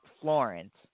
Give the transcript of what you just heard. Florence